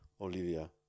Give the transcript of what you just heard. olivia